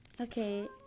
Okay